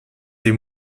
des